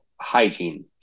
hygiene